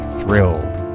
thrilled